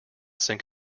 sink